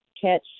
catch